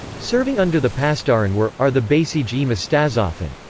serving under the pasdaran were are the baseej-e mostaz'afin,